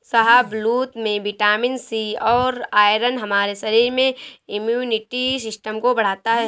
शाहबलूत में vitamin C और आयरन हमारे शरीर में इम्युनिटी सिस्टम को बढ़ता है